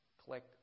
Click